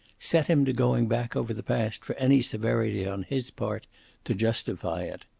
set him to going back over the past for any severity on his part to justify it.